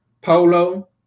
Polo